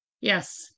Yes